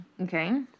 Okay